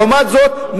לעומת זאת,